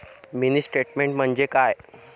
Mini statement म्हणजे काय?